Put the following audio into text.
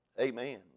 Amen